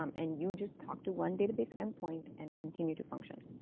um and you just talk to one database endpoint and continue to function.